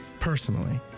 Personally